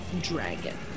dragon